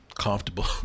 comfortable